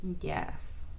Yes